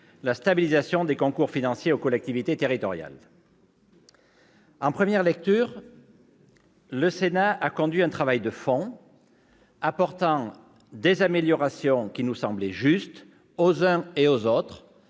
stabilisation des concours financiers aux collectivités territoriales. En première lecture, le Sénat a conduit un travail de fond, apportant des améliorations qui nous semblaient justes, aux uns et aux autres,